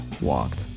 walked